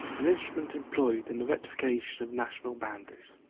an instrument employed in the rectification of national boundaries.